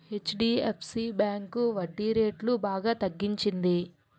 HDFC bank వడ్డీరేట్లు బాగా తగ్గించింది